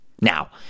now